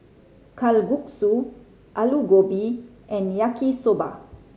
Kalguksu Alu Gobi and Yaki Soba